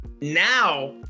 Now